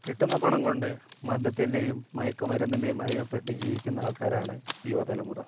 കിട്ടുന്ന പണം കൊണ്ട് മദ്യത്തിൻ്റെയും മയക്കു മരുന്നിൻ്റെയും അടിമപ്പെട്ട് ജീവിക്കുന്ന ആൾക്കാരാണ് യുവ തലമുറ